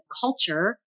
culture